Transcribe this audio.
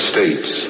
States